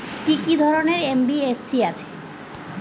কি কি ধরনের এন.বি.এফ.সি আছে?